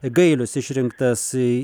gailius išrinktas į